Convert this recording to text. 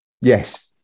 Yes